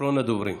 אחרון הדוברים.